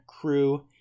crew